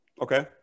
Okay